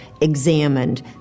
examined